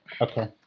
Okay